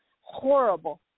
horrible